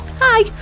Hi